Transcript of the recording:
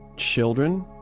children,